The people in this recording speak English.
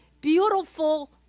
beautiful